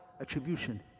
attribution